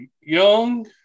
young